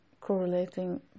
correlating